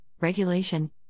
Regulation